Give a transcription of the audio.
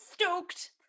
stoked